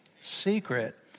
secret